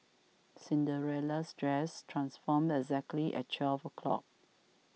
Cinderella's dress transformed exactly at twelve o'clock